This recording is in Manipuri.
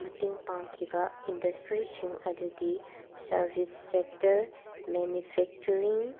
ꯃꯇꯦꯡ ꯄꯥꯡꯈꯤꯕ ꯏꯟꯗꯁꯇ꯭ꯔꯤꯁꯤꯡ ꯑꯗꯨꯗꯤ ꯁꯥꯔꯕꯤꯁ ꯁꯦꯡꯇꯔ ꯃꯦꯅꯤꯐꯦꯛꯆꯔꯤꯡ